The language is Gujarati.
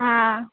હા